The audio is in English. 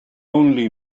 only